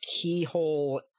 keyhole